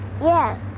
Yes